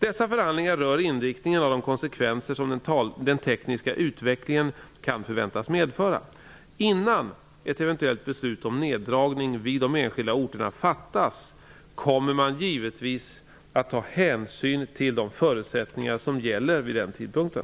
Dessa förhandlingar rör inriktningen av de konsekvenser som den tekniska utvecklingen kan förväntas medföra. Innan ett eventuellt beslut om neddragning vid de enskilda orterna fattas kommer man givetvis att ta hänsyn till de förutsättningar som gäller vid den tidpunkten.